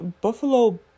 Buffalo